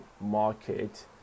market